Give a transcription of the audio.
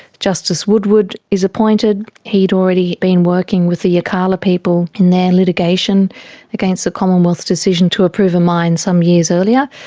justice woodward is appointed. he'd already been working with the yirrkala people in their litigation against the commonwealth's decision to approve a mine some years earlier.